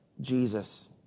Jesus